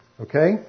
Okay